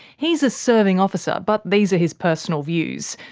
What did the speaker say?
he's a serving officer, but these are his personal views.